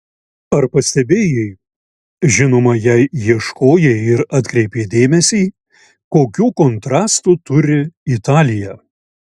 ar pastebėjai žinoma jei ieškojai ir atkreipei dėmesį kokių kontrastų turi italija